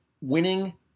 winning